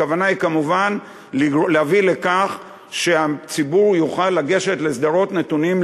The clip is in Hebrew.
הכוונה היא כמובן להביא לכך שהציבור יוכל לגשת לסדרות נתונים,